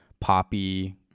poppy